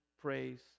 praise